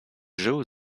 żył